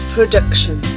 Production